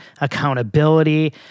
accountability